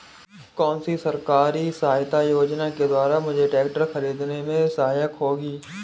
कौनसी सरकारी सहायता योजना के द्वारा मुझे ट्रैक्टर खरीदने में सहायक होगी?